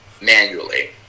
manually